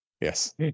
Yes